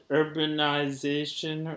urbanization